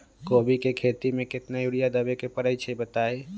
कोबी के खेती मे केतना यूरिया देबे परईछी बताई?